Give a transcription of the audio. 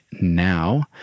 now